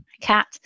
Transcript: cat